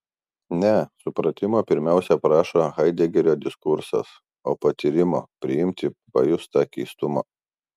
ne supratimo pirmiausia prašo haidegerio diskursas o patyrimo priimti pajustą keistumą